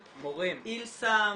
איל-סם,